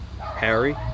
Harry